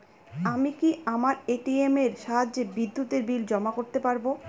আমি কি আমার এ.টি.এম এর সাহায্যে বিদ্যুতের বিল জমা করতে পারব?